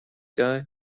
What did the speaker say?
guy